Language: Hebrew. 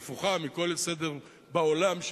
הפוכה מכל סדר בעולם,